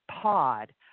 pod